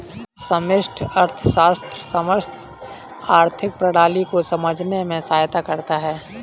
समष्टि अर्थशास्त्र समस्त आर्थिक प्रणाली को समझने में सहायता करता है